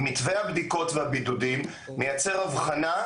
וגם אני יכול להגיד,